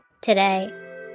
today